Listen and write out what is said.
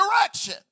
direction